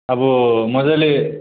अब मज्जाले